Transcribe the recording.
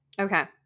Okay